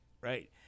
Right